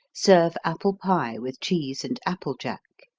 serve apple pie with cheese and applejack.